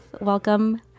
Welcome